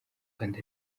kandi